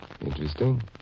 Interesting